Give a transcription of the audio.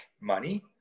money